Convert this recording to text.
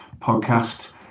podcast